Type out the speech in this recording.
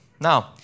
Now